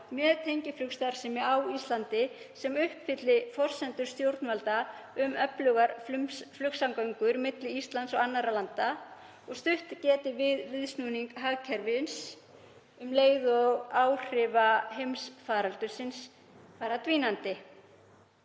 með tengiflugstarfsemi á Íslandi sem uppfylli forsendur stjórnvalda um öflugar flugsamgöngur milli Íslands og annarra landa og stutt geti við viðsnúning hagkerfisins um leið og áhrif heimsfaraldursins dvína.